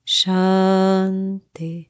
shanti